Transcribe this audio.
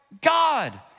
God